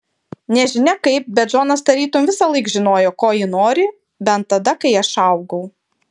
nežinia kaip bet džonas tarytum visąlaik žinojo ko ji nori bent tada kai aš augau